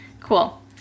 cool